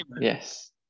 yes